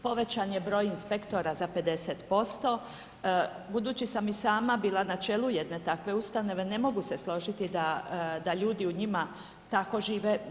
Povećan je broj inspektora za 50%, budući sam i sama bila na čelu jedne takve ustanove ne mogu se složiti da ljudi u njima tako žive.